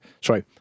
sorry